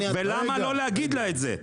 ולמה לא להגיד לה את זה?